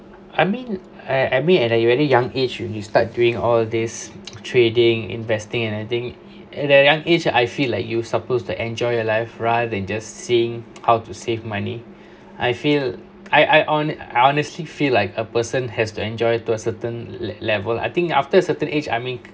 I mean I I mean at a very young age when you start doing all this trading investing and anything at the young age I feel like you supposed to enjoy your life rather than just seeing how to save money I feel I I ho~ I honestly feel like a person has to enjoy to a certain le~ level I think after a certain age I mean